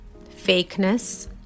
fakeness